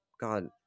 God